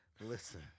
Listen